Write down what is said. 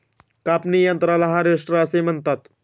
कापणी यंत्राला हार्वेस्टर असे म्हणतात